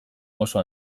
oso